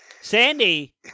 Sandy